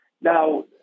Now